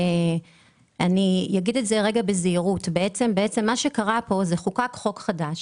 מה שקרה פה זה שחוקק חוק חדש